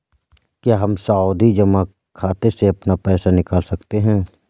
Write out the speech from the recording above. क्या हम सावधि जमा खाते से अपना पैसा निकाल सकते हैं?